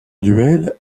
duel